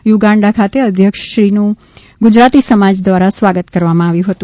Uganda ખાતે અધ્યક્ષશ્રીનું ગુજરાતી સમાજ દ્વારા સ્વાગત કરવામાં આવ્યું હતું